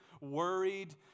worried